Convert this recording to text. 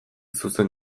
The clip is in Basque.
zuzen